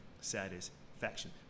satisfaction